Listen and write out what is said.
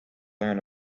learn